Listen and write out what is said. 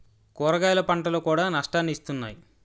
కూరగాయల పంటలు కూడా నష్టాన్ని ఇస్తున్నాయి